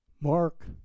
Mark